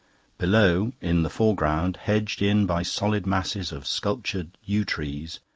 below, in the foreground, hedged in by solid masses of sculptured yew trees,